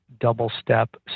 double-step